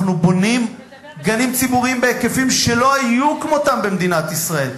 אנחנו בונים גנים ציבוריים בהיקפים שלא היו כמותם במדינת ישראל.